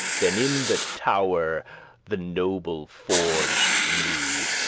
than in the tower the noble forged new.